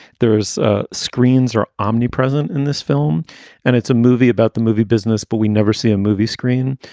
there's ah screens are omnipresent in this film and it's a movie about the movie business. but we never see a movie screen.